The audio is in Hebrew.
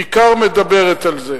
בעיקר מדברת על זה.